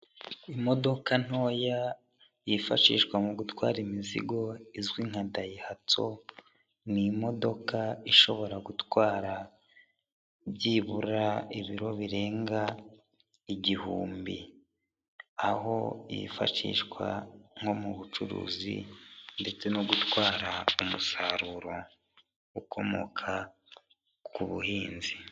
Imodoka ntoya yifashishwa mu gutwara imizigo izwi nka dayihatso, ni imodoka ishobora gutwara byibura ibiro birenga igihumbi, aho yifashishwa nko mu bucuruzi ndetse no gutwara umusaruro ukomoka ku buhinzi.